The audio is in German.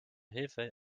hilfe